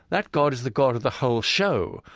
that god is the god of the whole show,